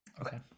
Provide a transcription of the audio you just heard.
Okay